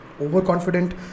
overconfident